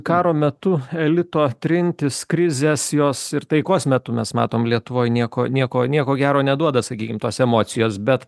karo metu elito trintys krizės jos ir taikos metu mes matom lietuvoj nieko nieko nieko gero neduoda sakykim tos emocijos bet